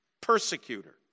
persecutor